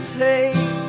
take